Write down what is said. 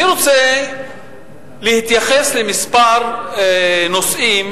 אני רוצה להתייחס למספר נושאים.